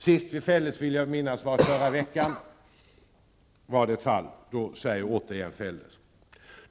Sist fälldes Sverige återigen i ett fall förra veckan.